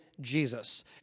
Jesus